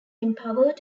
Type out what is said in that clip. empowered